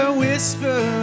whisper